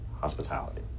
hospitality